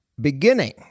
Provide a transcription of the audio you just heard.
beginning